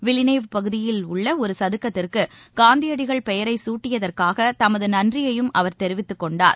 Villeneuve பகுதியில் உள்ளஒருசதுக்கத்திற்குகாந்தியடிகள் பெயரைஞட்டியதற்காகதமதுநன்றியையும் அவர் தெரிவித்துக் கொண்டார்